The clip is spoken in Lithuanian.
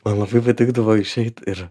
man labai patikdavo išeit ir